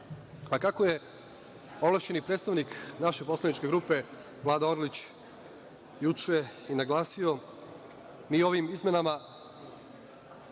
a kako je ovlašćeni predstavnik naše poslaničke grupe Vlada Orlić juče i naglasio, mi ovim izmenama